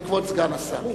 כבוד סגן השר,